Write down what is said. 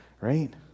right